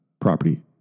property